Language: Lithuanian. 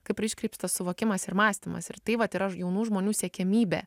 kaip yra iškreiptas suvokimas ir mąstymas ir tai vat yra jaunų žmonių siekiamybė